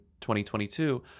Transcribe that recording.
2022